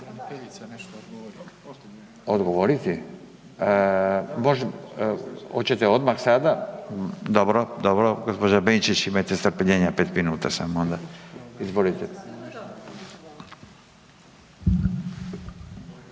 Odgovoriti? Može. Oćete odmah sada? Dobro, dobro, gđo. Benčić imajte strpljenja 5 minuta samo onda. Izvolite.